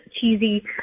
cheesy